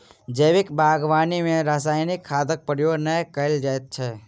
जैविक बागवानी मे रासायनिक खादक प्रयोग नै कयल जाइत छै